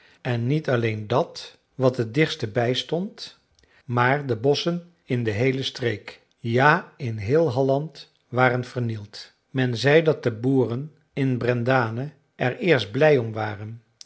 en niet alleen dat wat het dichtste bij stond maar de bosschen in de heele streek ja in heel halland waren vernield men zei dat de boeren in brendane er eerst blij om waren